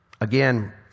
Again